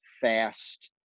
fast